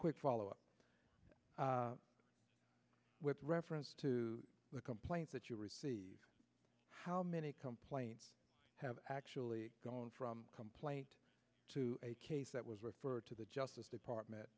quick follow up with reference to the complaint that you received how many complaints have actually gone from complaint to a case that was referred to the justice department